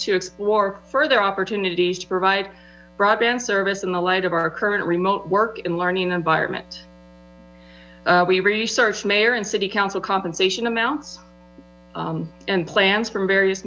to explore further opportunities to provide broadband service in the light of our current remote work in learning environment we research mayor and city council compensation amounts and plans from various